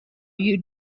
you